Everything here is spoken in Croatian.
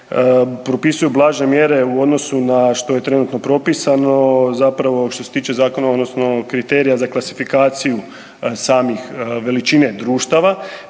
propisuju blaže mjere u odnosu na što je trenutno propisano zapravo što se tiče zakona odnosno kriterija za klasifikaciju samih veličine društava